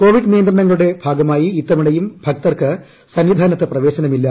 Covid നിയന്ത്രണങ്ങളുടെ ഭാഗമായി ഇത്തവണയും ഭക്തർക്ക് സന്നിധാനത്ത് പ്രവേശനമില്ല